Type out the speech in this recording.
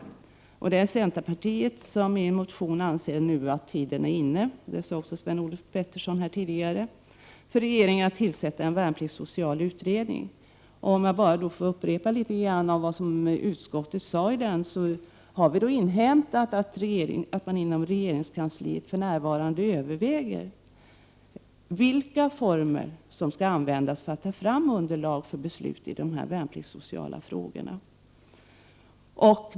Centerpartiet anser i en motion att tiden nu är inne — som också Sven-Olof Petersson tidigare sagt — för regeringen att tillsätta en värnpliktssocial utredning. Låt mig upprepa något av vad utskottet uttalat på den punkten. Utskottet har inhämtat att man inom regeringskansliet för närvarande överväger i vilka former underlag skall tas fram för beslut i värnpliktssociala frågor.